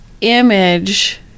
image